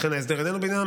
לכן ההסדר איננו בעניינם,